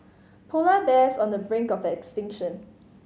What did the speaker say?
polar bears on the brink of extinction